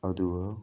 ꯑꯗꯨꯒ